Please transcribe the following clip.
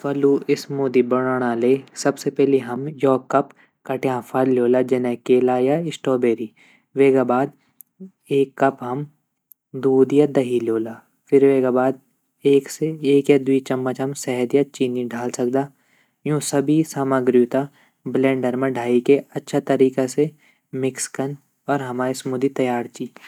फलूँ स्मूदी बणोंणा ले सबसे पैली हम योक कप कट्यान फल ल्योला जने केला या स्ट्रॉबेरी वेगा बाद एक कप हम दूध या दही ल्योला फिर वेगा बाद एक से एक या द्वि चम्मच हम सहद या चीनी डाल सकदा यूँ सभी सामग्रीयूं त ब्लेंडर म डाली के अच्छा तरीक़ा से मिक्स कन और हमा स्मूदी तैयार ची।